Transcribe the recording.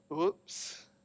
oops